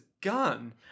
gun